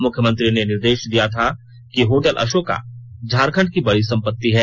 मुख्यमंत्री ने निर्देश दिया था कि रांची होटल अशोका झारखंड की बडी सपत्ति है